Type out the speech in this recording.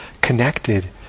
connected